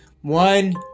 One